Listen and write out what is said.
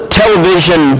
television